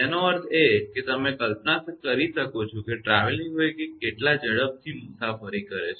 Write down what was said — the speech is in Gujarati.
તેનો અર્થ એ કે તમે કલ્પના કરી શકો છો કે ટ્રાવેલીંગ વેવ એ કેટલા વેગથી મુસાફરી કરે છે